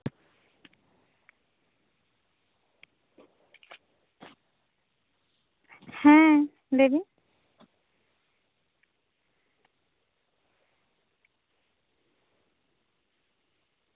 ᱦᱮᱸ ᱞᱟᱹᱭ ᱵᱤᱱ